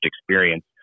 experience